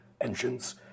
engines